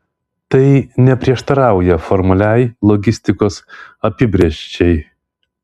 tai neprieštarauja formaliai logistikos apibrėžčiai